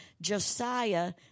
Josiah